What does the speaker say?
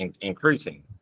increasing